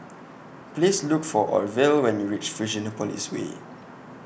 Please Look For Orvel when YOU REACH Fusionopolis Way